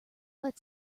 let